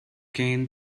cairn